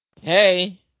Hey